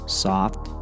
soft